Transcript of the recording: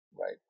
right